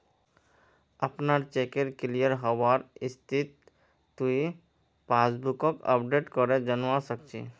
अपनार चेकेर क्लियर हबार स्थितिक तुइ पासबुकक अपडेट करे जानवा सक छी